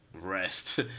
rest